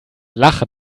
lachen